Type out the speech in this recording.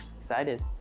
Excited